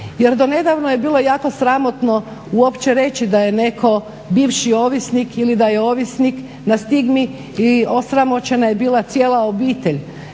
Jer do nedavno je bilo jako sramotno uopće reći da je neko bivši ovisnik ili da je ovisnik na stigmi, ili osramoćena je bila cijela obitelj.